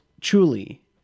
truly